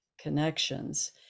connections